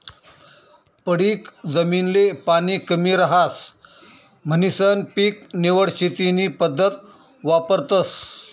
पडीक जमीन ले पाणी कमी रहास म्हणीसन पीक निवड शेती नी पद्धत वापरतस